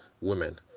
women